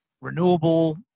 renewable